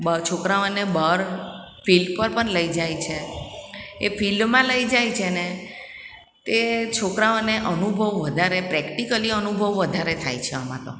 બ છોકરાઓને બહાર ફિલ્ડ પર પણ લઈ જાય છે એ ફિલ્ડમાં લઈ જાય છે ને તે છોકરાઓને અનુભવ વધારે પ્રેક્ટિકલી અનુભવ વધારે થાય છે આમાં તો